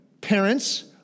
parents